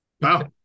Wow